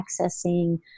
accessing